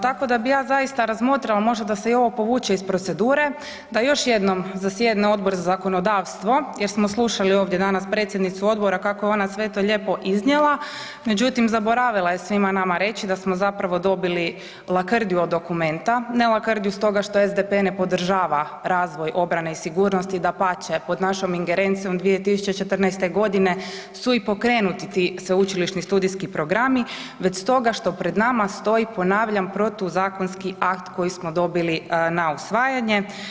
Tako da bi ja zaista razmotrila možda da se i ovo povuče iz procedure, da još jednom zasjedne Odbor za zakonodavstvo jer smo slušali ovdje danas predsjednicu odbora kako je ona sve to lijepo iznijela, međutim zaboravila je svima nama reći da smo zapravo dobili lakrdiju od dokumenta, ne lakrdiju stoga što SDP ne podržava razvoj obrane i sigurnosti, dapače pod našom ingerencijom 2014.g. su i pokrenuti ti sveučilišni studijski programi, već stoga što pred nama stoji, ponavlja, protuzakonski akt koji smo dobili na usvajanje.